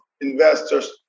investors